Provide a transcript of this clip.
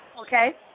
Okay